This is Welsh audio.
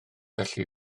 felly